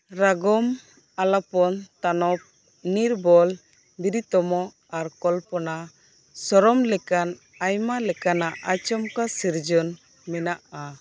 ᱨᱟᱜᱚᱢ ᱟᱞᱟᱯᱚᱱ ᱛᱟᱱᱚᱢ ᱱᱤᱨᱵᱚᱞ ᱵᱤᱨᱩᱛᱛᱚᱢ ᱟᱨ ᱠᱚᱞᱯᱚᱱᱟ ᱥᱚᱨᱚᱢ ᱞᱮᱠᱟᱱ ᱟᱭᱢᱟ ᱞᱮᱠᱟᱱᱟᱜ ᱟᱪᱚᱢᱠᱟ ᱥᱤᱨᱡᱚᱱ ᱢᱮᱱᱟᱜᱼᱟ